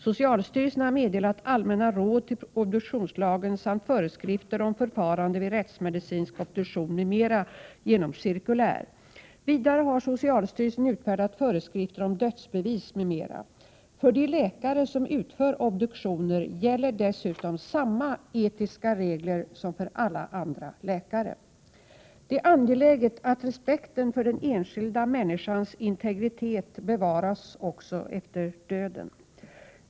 Socialstyrelsen har meddelat allmänna råd till obduktionslagen samt föreskrifter om förfarandet vid rättsmedicinsk obduktion m.m. genom cirkulär . Vidare har socialstyrelsen utfärdat föreskrifter om dödsbevis m.m. 1987:1). För de läkare som utför obduktioner gäller dessutom samma etiska regler som för alla andra läkare. Det är angeläget att respekten för den enskilda människans integritet bevaras också efter döden.